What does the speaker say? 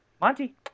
Monty